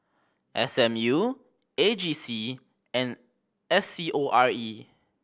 S M U A G C and S C O R E